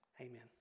amen